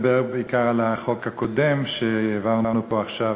ביקשתי לדבר בעיקר על החוק הקודם שהעברנו פה עכשיו,